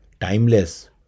timeless